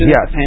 Yes